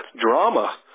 drama